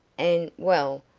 and well,